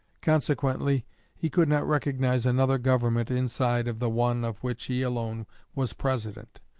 consequently he could not recognize another government inside of the one of which he alone was president,